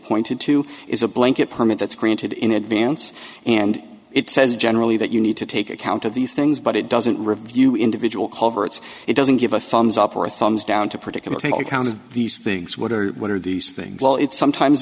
pointed to is a blanket permit that's granted in advance and it says generally that you need to take account of these things but it doesn't review individual culverts it doesn't give a thumbs up or thumbs down to particular take account of these things what or what are these things well it sometimes